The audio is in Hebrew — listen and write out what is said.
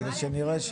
אני יכולה להציע הצעה?